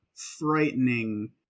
frightening